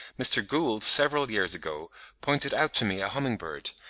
mr. gould several years ago pointed out to me a humming-bird,